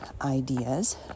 ideas